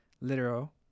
literal